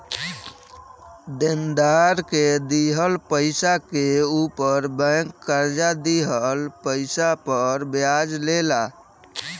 देनदार के दिहल पइसा के ऊपर बैंक कर्जा दिहल पइसा पर ब्याज ले ला